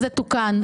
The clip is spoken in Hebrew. זה תוקן.